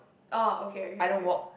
ah okay okay okay